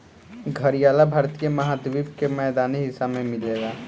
घड़ियाल भारतीय महाद्वीप के मैदानी हिस्सा में मिलेला